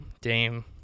Dame